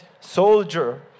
soldier